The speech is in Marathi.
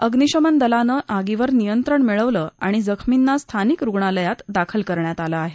अग्नीशमन दलानं या आगीवर नियंत्रण मिळवलं असून जखमींना स्थानिक रुग्णालयात दाखल करण्यात आलं आहे